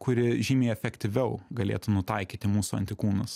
kuri žymiai efektyviau galėtų nutaikyti mūsų antikūnus